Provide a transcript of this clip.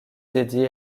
dédiée